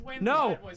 No